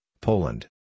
Poland